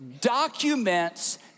documents